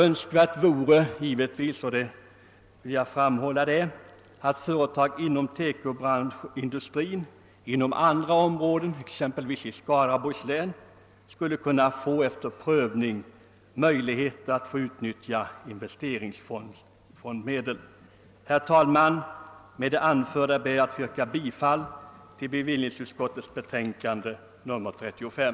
Önskvärt vore givetvis, att även TEKO-företag inom andra områden av vårt land — exempelvis i Skaraborgs län — kunde få möjligheter att efter prövning utnyttja investeringsfondsmedel.